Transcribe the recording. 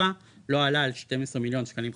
תקופה לא עלה על 12 מיליון שקלים חדשים,